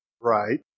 Right